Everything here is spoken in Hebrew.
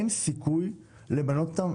אין סיכוי למנות אותם,